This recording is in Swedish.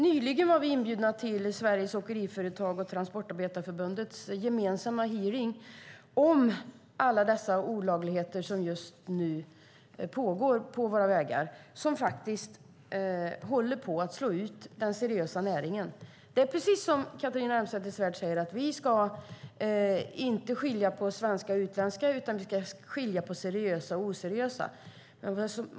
Nyligen var vi inbjudna till Sveriges Åkeriföretags och Transportarbetareförbundets gemensamma hearing om alla olagligheter som just nu pågår på våra vägar och som håller på att slå ut den seriösa näringen. Det är precis så som Catharina Elmsäter-Svärd säger, nämligen att vi inte ska skilja på svenska och utländska åkare, utan vi ska skilja på seriösa och oseriösa åkare.